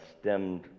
stemmed